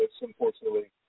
unfortunately